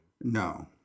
No